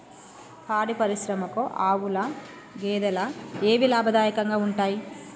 పాడి పరిశ్రమకు ఆవుల, గేదెల ఏవి లాభదాయకంగా ఉంటయ్?